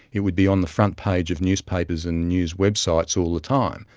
it would be on the front page of newspapers and news websites all the time,